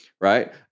right